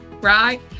right